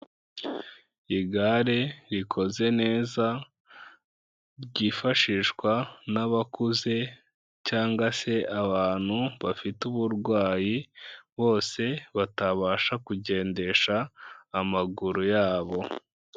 Igare rikoze neza ryifashishwa n'abakuze cyangwa se abantu bafite uburwayi bose batabasha kugendesha amaguru yabo.